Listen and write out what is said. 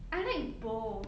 I like both